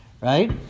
right